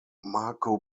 marco